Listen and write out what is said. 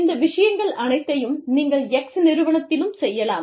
இந்த விஷயங்கள் அனைத்தையும் நீங்கள் X நிறுவனத்திலும் செய்யலாம்